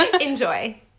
Enjoy